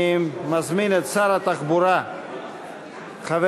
אני מזמין את שר התחבורה והבטיחות